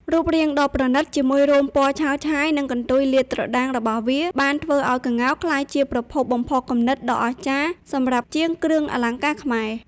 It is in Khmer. រូបរាងដ៏ប្រណិត ជាមួយរោមពណ៌ឆើតឆាយ និងកន្ទុយលាតត្រដាងរបស់វា បានធ្វើឱ្យក្ងោកក្លាយជាប្រភពបំផុសគំនិតដ៏អស្ចារ្យសម្រាប់ជាងគ្រឿងអលង្ការខ្មែរ។